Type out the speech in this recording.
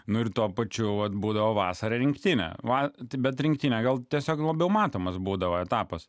nu ir tuo pačiu atbūdavo vasarą rinktinę va taip bet rinktinę gal tiesiog labiau matomas būdavo etapas